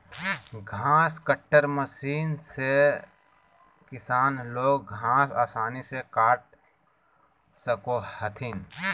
घास cutter machine से किसान लोग घास आसानी से काट सको हथिन